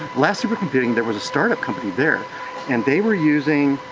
last supercomputing, there was a startup company there and they were using,